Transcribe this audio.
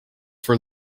for